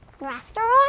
restaurant